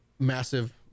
Massive